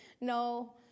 No